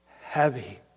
heavy